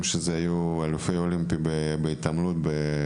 של כל המאמנים שהגיעו בשנות ה-90.